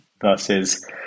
versus